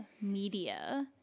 media